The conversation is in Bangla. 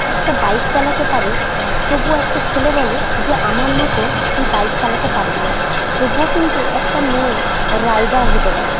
একটা বাইক চালাতে পারে তবুও একটা ছেলে বলে যে আমার মতো তুই বাইক চালাতে পারবি না তবুও কিন্তু একটা মেয়ে রাইডার হতে পারে